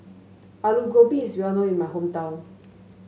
Aloo Gobi is well known in my hometown